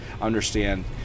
understand